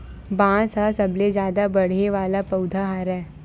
बांस ह सबले जादा बाड़हे वाला पउधा हरय